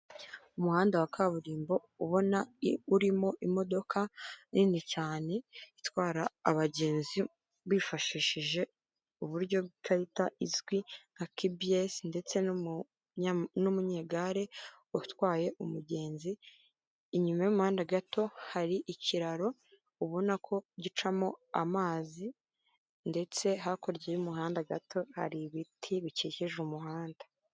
Umuhanda wa kaburimbo ubona urimo imodoka nini cyane itwara abagenzi bifashishije uburyo bw'ikarita buzwi nka kipiyesi ndetse n'umunyegare utwaye umugenzi; inyuma y'umuhanda gato hari ikiraro ubona ko gicamo amazi ndetse hakurya y'umuhanda gato hari ibiti bikikije umuhanda.